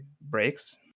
breaks